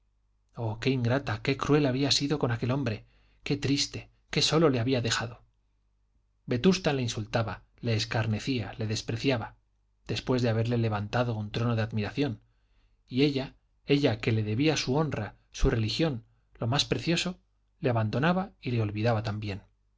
oh qué ingrata qué cruel había sido con aquel hombre qué triste qué solo le había dejado vetusta le insultaba le escarnecía le despreciaba después de haberle levantado un trono de admiración y ella ella que le debía su honra su religión lo más precioso le abandonaba y le olvidaba también